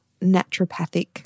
naturopathic